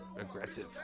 aggressive